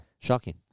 shocking